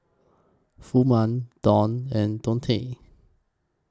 Furman Donn and Deontae